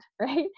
Right